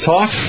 Talk